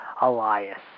Elias